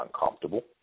uncomfortable